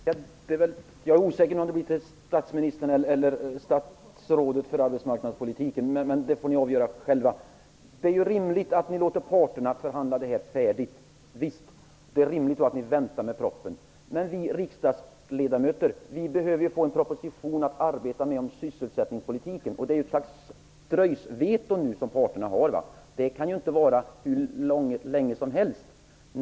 Fru talman! Jag är osäker på om denna fråga är till statsministern eller arbetsmarknadsministern. Det får ni avgöra själva. Det är rimligt att ni låter parterna förhandla detta färdigt. Det är rimligt att ni väntar med propositionen. Men vi riksdagsledamöter, vi behöver ju få en proposition om sysselsättningspolitiken att arbeta med. Nu har parterna ett slags dröjsmålsveto. Det kan inte vara hur länge som helst.